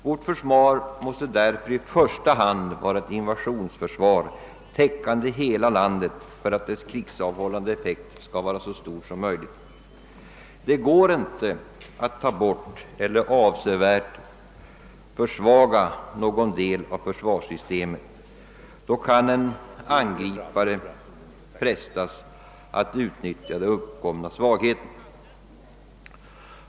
Vårt försvar måste därför i första hand vara ett invasionsförsvar, täckande hela landet, för att dess krigsavhållande effekt skall vara så stor som möjligt. Det går inte att ta bort eller avsevärt försvaga någon del av försvarssystemet, ty då kan en angripare frestas att utnyttja den uppkomna svagheten.